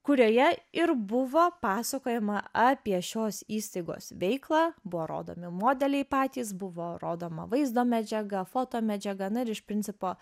kurioje ir buvo pasakojama apie šios įstaigos veiklą buvo rodomi modeliai patys buvo rodoma vaizdo medžiaga fotomedžiaga na ir iš principo